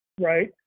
Right